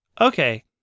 Okay